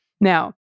Now